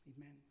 amen